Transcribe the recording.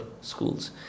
schools